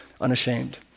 unashamed